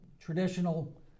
traditional